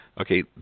okay